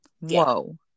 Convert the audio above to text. whoa